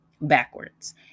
Backwards